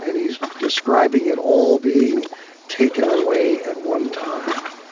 he's describing it all being taken away at one time.